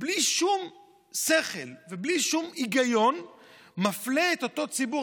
ובלי שום שכל ובלי שום היגיון מפלה את אותו ציבור.